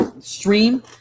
stream